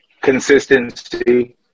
Consistency